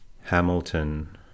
Hamilton